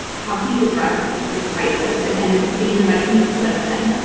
how he's addressed this this crisis and and the danger that he's put us in.